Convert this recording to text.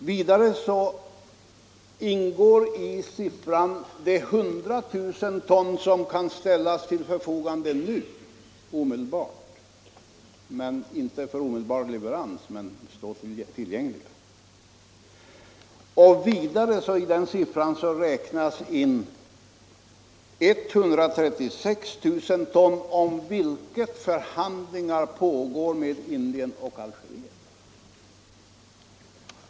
Vidare ingår i siffran de 100 000 ton som kan ställas till förfogande nu — inte för omedelbar leverans, men de är tillgängliga. I siffran räknas också in 136 000 ton, om vilka förhandlingar pågår med Indien och Algeriet.